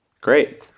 Great